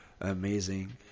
amazing